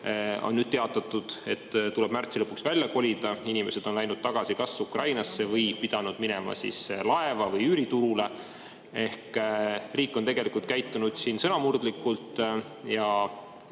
on teatatud, et neil tuleb märtsi lõpuks välja kolida. Inimesed on läinud tagasi kas Ukrainasse või pidanud minema laeva või üüriturule. Ehk riik on käitunud sõnamurdlikult ja